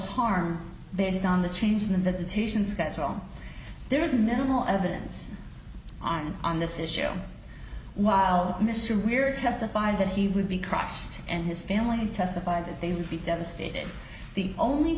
harm based on the change in the visitation schedule there is minimal evidence on on this issue while mr weir testified that he would be crushed and his family testified that they would be devastated the only